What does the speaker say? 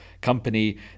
company